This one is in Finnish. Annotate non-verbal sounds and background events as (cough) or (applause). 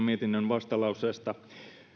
(unintelligible) mietinnön vastalauseesta